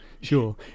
Sure